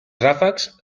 ràfecs